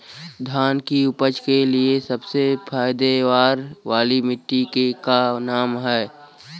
धान की उपज के लिए सबसे पैदावार वाली मिट्टी क का नाम ह?